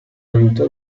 aiutò